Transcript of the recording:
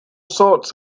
sorts